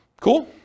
Cool